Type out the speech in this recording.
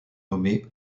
nommés